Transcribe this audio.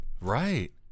Right